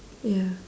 ya